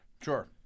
Sure